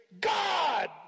God